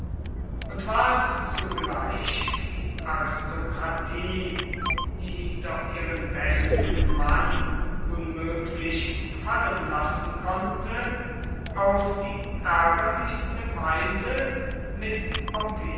und ward zugleich die aristokratie die doch ihren besten mann unmöglich fallen lassen konnte auf die ärgerlichste weise mit